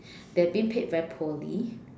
they are being paid very poorly